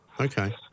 Okay